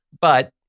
But-